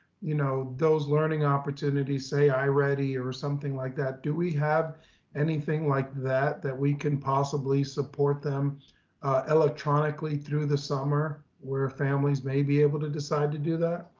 you know those learning opportunities say iready or something like that, do we have anything like that, that we can possibly support them electronically through the summer where families may be able to decide to do that?